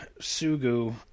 Sugu